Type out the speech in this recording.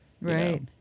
Right